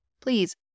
please